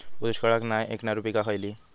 दुष्काळाक नाय ऐकणार्यो पीका खयली?